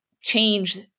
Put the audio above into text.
change